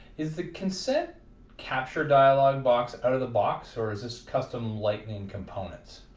is the consent capture dialog box out of the box or is this custom lightning components